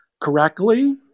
correctly